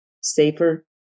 safer